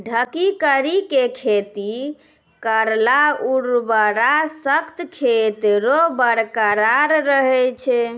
ढकी करी के खेती करला उर्वरा शक्ति खेत रो बरकरार रहे छै